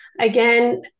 Again